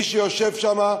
מי שיושב שם,